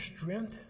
strength